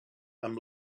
amb